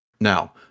Now